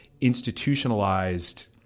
institutionalized-